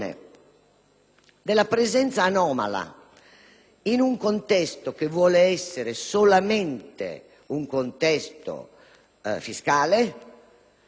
in un contesto che vuole essere solamente fiscale, delle norme su Roma capitale.